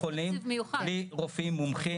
2025 (התחשבנות בעד שירותי בריאות בבתי חולים ציבורים כלליים),